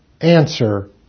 Answer